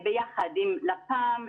ביחד עם לפ"מ,